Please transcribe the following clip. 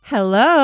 Hello